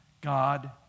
God